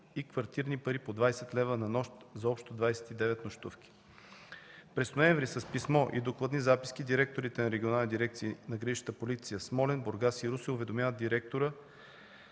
и квартирни пари по 20 лв. на нощ за общо 29 нощувки. През ноември с писмо и докладни записки директорите на регионални дирекции на „Гранична полиция“ – Смолян, Бургас и Русе, уведомяват директора